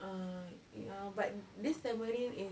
uh ya but this tamarind is